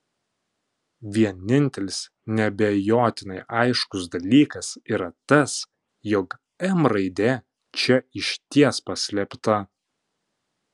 vienintelis neabejotinai aiškus dalykas yra tas jog m raidė čia išties paslėpta